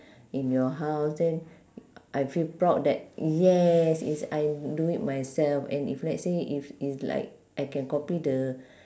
in your house then I feel proud that yes it's I do it myself and if let's say if it's like I can copy the